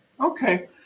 Okay